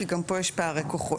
כי גם פה יש פערי כוחות,